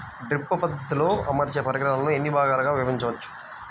Drip పద్ధతిలో అమర్చే పరికరాలను ఎన్ని భాగాలుగా విభజించవచ్చు?